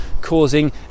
causing